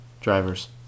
drivers